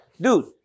dude